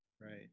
right